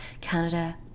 Canada